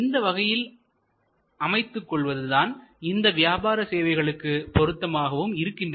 இந்த வகையில் அமைத்து கொள்வது தான் இந்த வியாபார சேவைகளுக்கு பொருத்தமாகவும் இருக்கின்றன